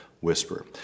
whisper